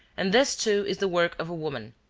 and this, too, is the work of a woman.